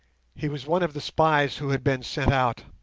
he was one of the spies who had been sent out.